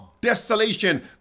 desolation